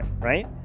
right